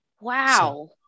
wow